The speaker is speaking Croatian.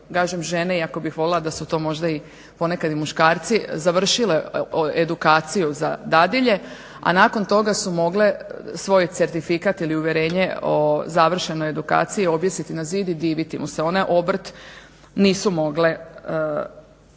žene, iako bih voljela da su to možda ponekad i muškarci završile edukaciju za dadilje a nakon toga su mogle svoj certifikat ili uvjerenje o završenoj edukaciji objesiti na zid i diviti mu se. One obrt nisu mogle